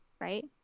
right